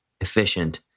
efficient